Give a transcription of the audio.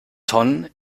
tonnen